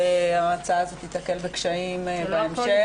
שההצעה הזאת תיתקל בקשיים בהמשך.